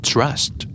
Trust